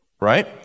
Right